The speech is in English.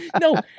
no